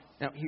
Now